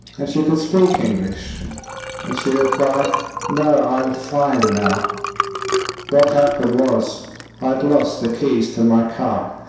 and she could speak english and she replied no i am fine now what happened was i had lost the keys to my car